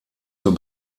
zur